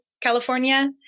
California